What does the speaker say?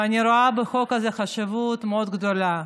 ואני רואה בחוק הזה חשיבות מאוד גדולה.